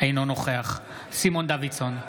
אינו נוכח סימון דוידסון,